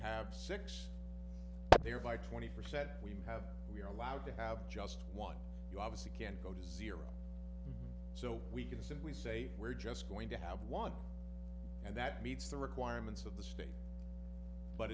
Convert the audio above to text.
have six there by twenty percent we have we are allowed to have just one you obviously can't go to zero so we can simply say we're just going to have one and that meets the requirements of the state but